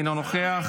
אינו נוכח,